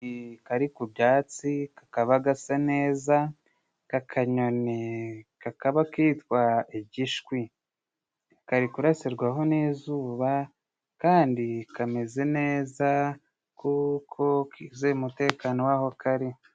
Ari ku byatsi kakaba gasa neza ka kanyoni kakaba kitwa igishwi kari kurasirwaho n'izuba kandi kameze neza kuko kizeye umutekano waho kari.